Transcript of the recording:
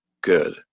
good